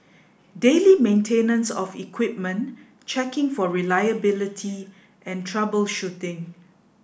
daily maintenance of equipment checking for reliability and troubleshooting